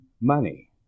money